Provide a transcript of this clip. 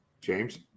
James